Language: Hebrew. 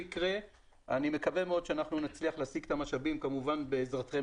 אני מקווה מאוד שנצליח להשיג את המשאבים כמובן בעזרתכם